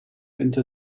into